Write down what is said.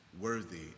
worthy